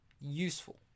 useful